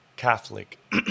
Catholic